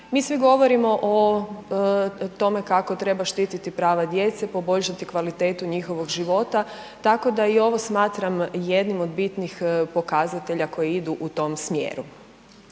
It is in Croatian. Mi svi govorimo o tome kako treba štititi prava djece, poboljšati kvalitetu njihovog života, tako da i ovo smatram jednim od bitnih pokazatelja koji idu u tom smjeru.